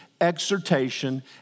exhortation